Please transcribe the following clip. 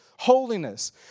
Holiness